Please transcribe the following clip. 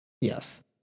Yes